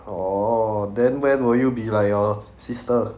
orh then when will you be like your sister